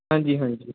ਹਾਂਜੀ ਹਾਂਜੀ